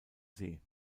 see